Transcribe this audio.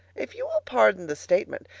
if you will pardon the statement,